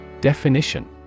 Definition